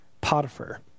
Potiphar